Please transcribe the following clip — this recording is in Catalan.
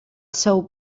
seu